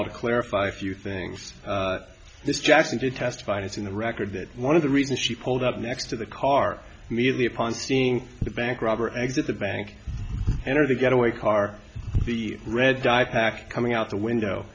all to clarify a few things this jackson to testify is in the record that one of the reasons she pulled up next to the car immediately upon seeing the bank robber exit the bank enter the getaway car the red dye pack coming out the window